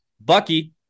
Bucky